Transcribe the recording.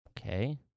Okay